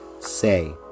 say